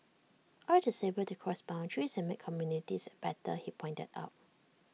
art is able to cross boundaries and make communities better he pointed out